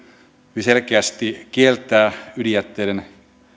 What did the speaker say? hyvin selkeästi kieltää ydinjätteiden